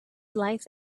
life